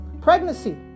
Pregnancy